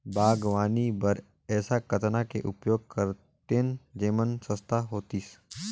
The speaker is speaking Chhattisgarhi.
बागवानी बर ऐसा कतना के उपयोग करतेन जेमन सस्ता होतीस?